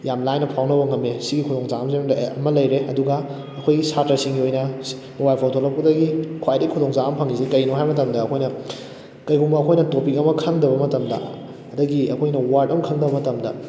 ꯌꯥꯝ ꯂꯥꯏꯅ ꯐꯥꯎꯅꯕ ꯉꯝꯂꯦ ꯁꯤꯒꯤ ꯈꯨꯗꯣꯡ ꯆꯥꯕꯁꯤꯃꯗꯤ ꯑꯃ ꯂꯩꯔꯦ ꯑꯗꯨꯒ ꯑꯩꯈꯣꯏꯒꯤ ꯁꯥꯇ꯭ꯔꯥꯁꯤꯡꯒꯤ ꯑꯣꯏꯅ ꯃꯣꯕꯥꯏꯜ ꯐꯣꯟ ꯊꯣꯛꯂꯛꯄꯗꯒꯤ ꯈ꯭ꯋꯥꯏꯗꯒꯤ ꯈꯨꯗꯣꯡ ꯆꯥꯕ ꯑꯃ ꯐꯪꯂꯤꯁꯤ ꯀꯔꯤꯅꯣ ꯍꯥꯏꯕ ꯃꯇꯝꯗ ꯑꯩꯈꯣꯏꯅ ꯀꯔꯤꯒꯨꯝꯕ ꯑꯣꯈꯣꯏꯅ ꯇꯣꯄꯤꯛ ꯑꯃ ꯈꯪꯗꯕ ꯃꯇꯝꯗ ꯑꯗꯒꯤ ꯑꯩꯍꯣꯏꯅ ꯋꯥꯔꯗ ꯑꯃ ꯈꯪꯗꯕ ꯃꯇꯝꯗ